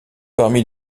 parmi